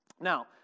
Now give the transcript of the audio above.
Now